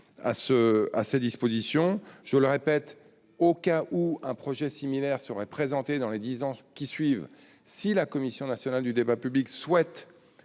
à ces dispositions. Je le répète, dans le cas où un projet similaire serait présenté dans les dix ans qui suivent, la Commission nationale du débat public (CNDP),